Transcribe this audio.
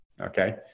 Okay